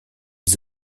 des